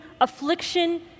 affliction